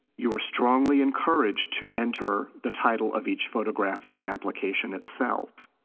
you are strongly encouraged to enter the title of each photograph in the application itself.